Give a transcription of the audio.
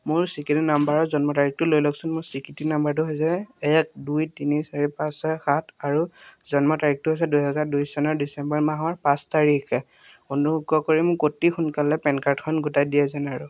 মোৰ স্বীকৃতি নাম্বাৰৰ জন্ম তাৰিখটো লৈ লওকচোন মোৰ স্বীকৃতি নাম্বাৰটো হৈছে এক দুই তিনি চাৰি পাঁচ ছয় সাত আৰু জন্ম তাৰিখটো হৈছে দুহেজাৰ দুই চনৰ ডিচেম্বৰ মাহৰ পাঁচ তাৰিখ অনুগ্ৰহ কৰি মোক অতি সোনকালে পেন কাৰ্ডখন গোটাই দিয়ে যেন আৰু